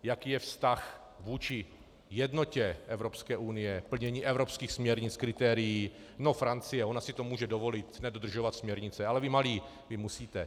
Jaký je vztah vůči jednotě Evropské unie k plnění evropských směrnic, kritérií no, Francie, ona si to může dovolit nedodržovat směrnice, ale vy malí, vy prostě musíte.